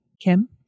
Kim